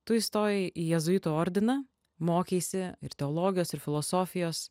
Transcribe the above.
tu įstojai į jėzuitų ordiną mokeisi ir teologijos ir filosofijos